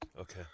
Okay